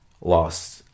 lost